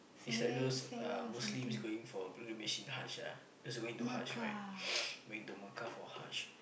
it's like those uh Muslims going for pilgrimage in Haj ah just going to Haj right going to Mecca for Haj